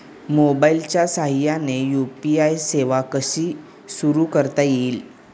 मोबाईलच्या साहाय्याने यू.पी.आय सेवा कशी सुरू करता येईल?